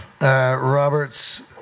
Robert's